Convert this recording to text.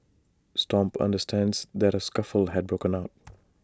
stomp understands that A scuffle had broken out